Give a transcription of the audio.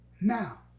Now